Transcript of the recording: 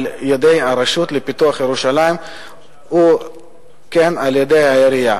על-ידי הרשות לפיתוח ירושלים ועל-ידי העירייה.